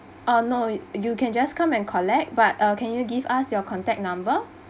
uh no you can just come and collect but uh can you give us your contact number